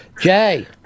Jay